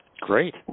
Great